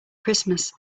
christmas